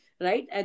right